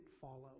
follow